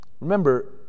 Remember